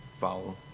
follow